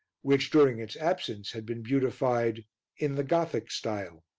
which, during its absence, had been beautified in the gothic style.